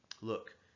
Look